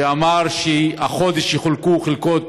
אמר שהחודש יחולקו חלקות